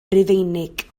rufeinig